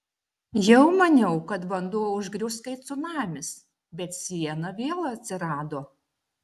jau maniau kad vanduo užgrius kaip cunamis bet siena vėl atsirado